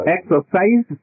Exercise